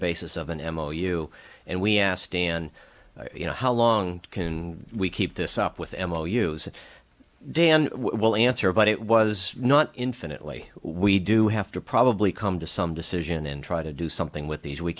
basis of an m o u and we asked dan you know how long can we keep this up with m o u's day and we'll answer but it was not infinitely we do have to probably come to some decision and try to do something with these we